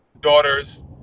daughters